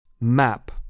Map